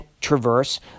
traverse